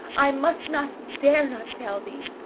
i must not, dare not tell thee.